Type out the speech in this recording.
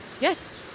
yes